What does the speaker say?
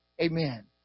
Amen